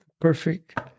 perfect